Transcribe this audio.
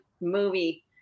movie